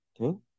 Okay